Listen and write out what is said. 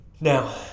Now